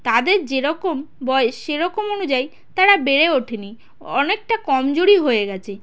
তাদের যেরকম বয়স সেরকম অনুযায়ী তারা বেড়ে ওঠেনি অনেকটা কমজোরি হয়ে গেছে